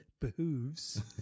behooves